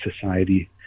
society